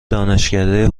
دانشکده